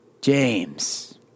James